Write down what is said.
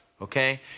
okay